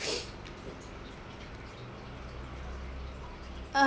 uh